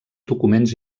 documents